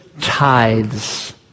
tithes